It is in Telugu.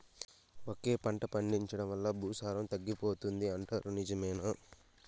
ఒకే పంట పండించడం వల్ల భూసారం తగ్గిపోతుంది పోతుంది అంటారు నిజమేనా